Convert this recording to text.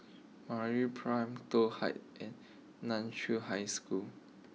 MeraPrime Toh Heights and Nan Chiau High School